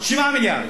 7 מיליארד.